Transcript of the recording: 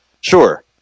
Sure